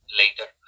later